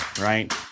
right